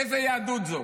איזו יהדות זו?